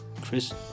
Chris